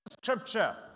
Scripture